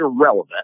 irrelevant